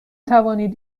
توانید